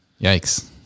Yikes